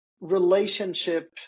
relationship